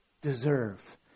deserve